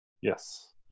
Yes